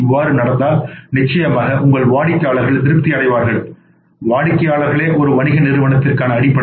இவ்வாறு நடந்தால் நிச்சயமாக உங்கள் வாடிக்கையாளர்கள் திருப்தி அடைவார்கள் வாடிக்கையாளர்களே ஒரு வணிக நிறுவனத்திற்கான அடிப்படை